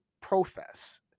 profess